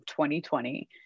2020